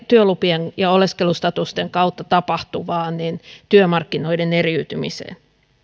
työlupien ja oleskelustatusten kautta tapahtuvaan työmarkkinoiden eriytymiseen